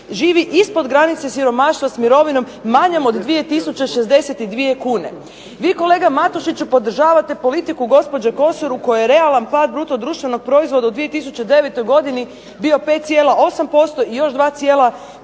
živi ispod granice siromaštva s mirovinom manjom od 2062 kune. Vi kolega Matušiću podržavate politiku gospođe Kosor u kojoj je realan pad bruto društvenog proizvoda u 2009. godini bio 5,8% i još 2,5